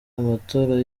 amatora